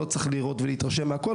לא צריך לראות ולהתרשם מהכול,